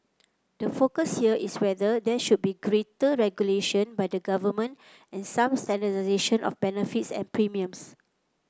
the focus here is whether there should be greater regulation by the government and some standardisation of benefits and premiums